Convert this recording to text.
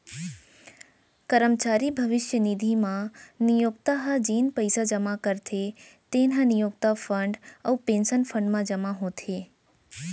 करमचारी भविस्य निधि म नियोक्ता ह जेन पइसा जमा करथे तेन ह नियोक्ता फंड अउ पेंसन फंड म जमा होथे